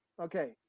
Okay